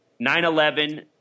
9-11